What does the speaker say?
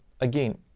again